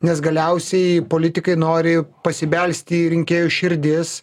nes galiausiai politikai nori pasibelsti į rinkėjų širdis